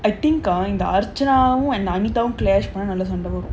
I think going இந்த:intha archana anita clash பண்ணா நல்ல சண்ட வரும்:pannaa nalla sanda varum